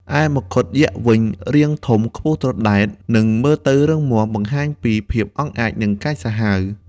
ឯមកុដយក្សវិញ រាងធំ ខ្ពស់ត្រដែត និងមើលទៅរឹងមាំ បង្ហាញពីភាពអង់អាច និងកាចសាហាវ។